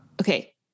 okay